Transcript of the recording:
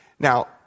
Now